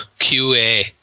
QA